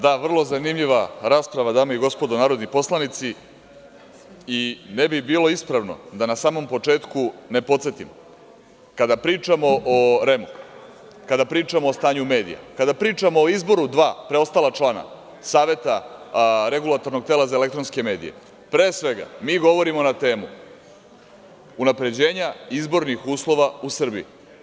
Da, vrlo zanimljiva rasprava, dame i gospodo narodni poslanici, i ne bi bilo ispravno da na samom početku ne podsetim, kada pričamo o REM-u, kada pričamo o stanju u medijima, kada pričamo o izboru dva preostala člana Saveta REM-a, pre svega mi govorimo na temu unapređenja izbornih uslova u Srbiji.